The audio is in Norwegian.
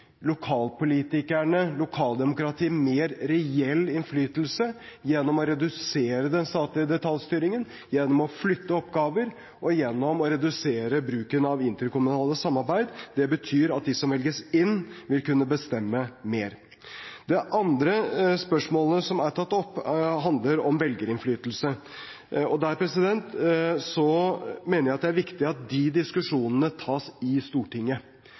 lokalpolitikerne, lokaldemokratiet, mer reell innflytelse gjennom å redusere den statlige detaljstyringen, gjennom å flytte oppgaver og gjennom å redusere bruken av interkommunale samarbeid. Det betyr at de som velges inn, vil kunne bestemme mer. De andre spørsmålene som er tatt opp, handler om velgerinnflytelse. Her mener jeg det er viktig at de diskusjonene tas i Stortinget.